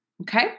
okay